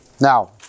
Now